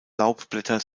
laubblätter